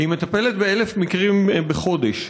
היא מטפלת ב-1,000 מקרים בחודש.